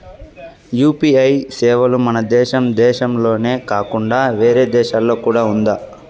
UPI సేవలు మన దేశం దేశంలోనే కాకుండా వేరే దేశాల్లో కూడా ఉందా?